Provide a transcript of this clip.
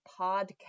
Podcast